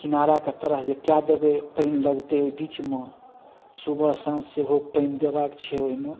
किनाराक तरह जे काइ देबै पानि लगतै बीचमे सुबह साँझ सेहो पानि देबाक छै ओइमे